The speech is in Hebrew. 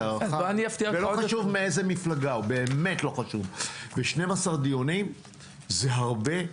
לא חשוב מאיזו מפלגה זה באמת לא חשוב ו-12 דיונים זה הרבה,